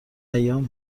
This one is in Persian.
ایام